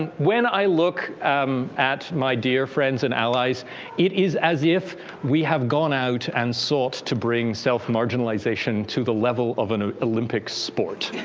and when i look um at my dear friends and ah like it is as if we have gone out and sought to bring self-marginalization to the level of an olympic sport.